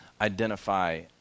identify